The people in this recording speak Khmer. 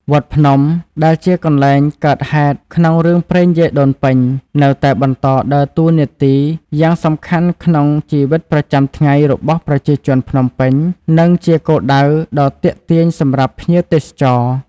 វត្តភ្នំ ដែលជាកន្លែងកើតហេតុក្នុងរឿងព្រេងយាយដូនពេញ នៅតែបន្តដើរតួនាទីយ៉ាងសំខាន់ក្នុងជីវិតប្រចាំថ្ងៃរបស់ប្រជាជនភ្នំពេញ និងជាគោលដៅដ៏ទាក់ទាញសម្រាប់ភ្ញៀវទេសចរ។